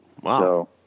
Wow